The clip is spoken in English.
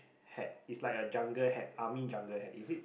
hat it's like a jungle hat army jungle hat is it